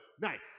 Nice